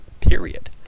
Period